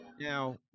now